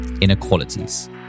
inequalities